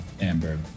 Amber